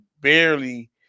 barely –